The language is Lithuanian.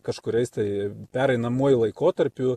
kažkuriais tai pereinamuoju laikotarpiu